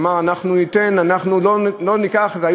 כמו חבר הכנסת שטרית,